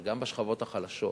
אבל גם בשכבות החלשות.